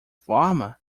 forma